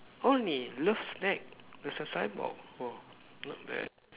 only love snack there's a signboard oh not bad